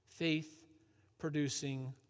Faith-producing